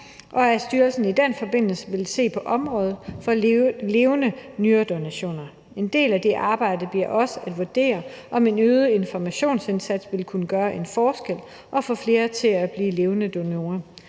og at styrelsen i den forbindelse vil se på området for levende nyredonorer. En del af det arbejde bliver også at vurdere, om en øget informationsindsats vil kunne gøre en forskel og få flere til at blive levende donorer.